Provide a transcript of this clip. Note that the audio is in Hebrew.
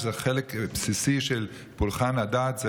שזה חלק בסיסי של פולחן הדת.